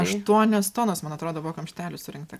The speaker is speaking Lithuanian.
aštuonios tonos man atrodo buvo kamštelių surinkta